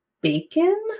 bacon